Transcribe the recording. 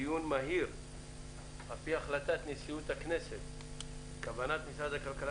דיון מהיר על פי החלטת נשיאות הכנסת בנושא כוונת משרד הכלכלה